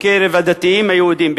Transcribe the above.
בקרב הדתיים היהודים,